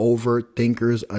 Overthinkers